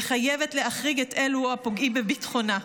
וחייבת להחריג את אלו הפוגעים בביטחונה.